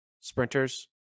sprinters